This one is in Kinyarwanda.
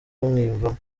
bamwiyumvamo